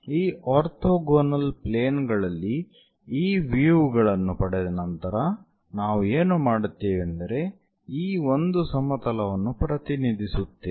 ಈ orthogonal plane ಗಳಲ್ಲಿ ಈ ವ್ಯೂ ಗಳನ್ನು ಪಡೆದ ನಂತರ ನಾವು ಏನು ಮಾಡುತ್ತೇವೆಂದರೆ ಈ ಒಂದು ಸಮತಲವನ್ನು ಪ್ರತಿನಿಧಿಸುತ್ತೇವೆ